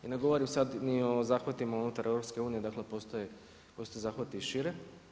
I ne govorim sad ni o zahvatima unutar EU, dakle postoje zahvati i šire.